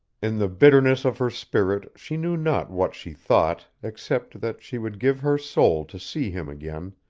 in the bitterness of her spirit she knew not what she thought except that she would give her soul to see him again,